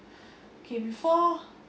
okay before